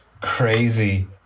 crazy